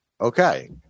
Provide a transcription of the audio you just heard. Okay